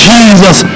Jesus